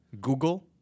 google